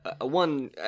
one